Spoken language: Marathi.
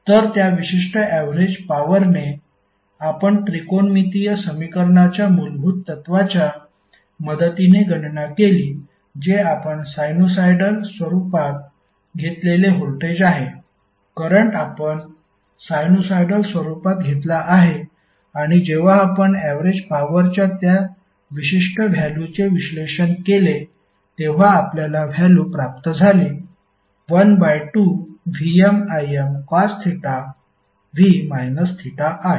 तर त्या विशिष्ट ऍवरेज पॉवरने आपण त्रिकोणमितीय समीकरणाच्या मूलभूत तत्त्वांच्या मदतीने गणना केली जे आपण साइनुसॉईडल स्वरूपात घेतलेले व्होल्टेज आहे करंट आपण साइनुसॉईडल स्वरूपात घेतला आहे आणि जेव्हा आपण ऍवरेज पॉवरच्या त्या विशिष्ट व्हॅल्युचे विश्लेषण केले तेव्हा आपल्याला व्हॅल्यु प्राप्त झाली 1 by 2 VmIm Cos θ v minus θ i